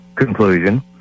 Conclusion